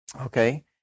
Okay